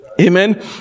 Amen